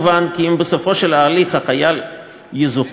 מובן כי אם בסופו של ההליך החייל יזוכה,